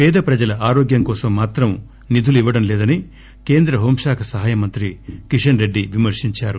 పేద ప్రజల ఆరోగ్యంకోసం మాత్రం నిధులు ఇవ్వడం లేదని కేంద్ర హోంశాఖ సహాయ మంత్రి కిషన్ రెడ్లి విమర్పించారు